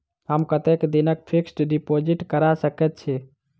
हम कतेक दिनक फिक्स्ड डिपोजिट करा सकैत छी?